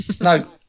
No